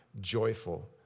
joyful